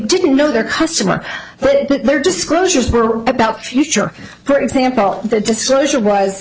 didn't know their customer but their disclosures were about future for example the disclosure was